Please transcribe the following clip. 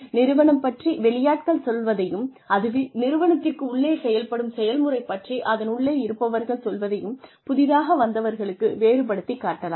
நிறுவனம் பற்றி வெளியாட்கள் சொல்வதையும் அதுவே நிறுவனத்திற்கு உள்ளே செயல்படும் செயல்முறை பற்றி அதனுள்ளே இருப்பவர்கள் சொல்வதையும் புதிதாக வந்தவர்களுக்கு வேறுபடுத்திக் காட்டலாம்